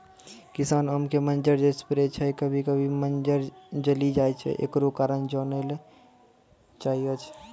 किसान आम के मंजर जे स्प्रे छैय कभी कभी मंजर जली जाय छैय, एकरो कारण जाने ली चाहेय छैय?